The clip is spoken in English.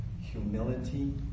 humility